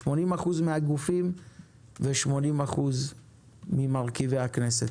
80 אחוז מהגופים ו-80 אחוז ממרכיבי הכנסת.